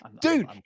Dude